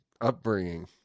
upbringing